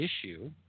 issue